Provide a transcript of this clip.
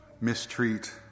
mistreat